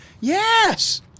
Yes